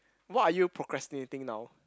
what are you procrastinating now